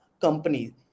company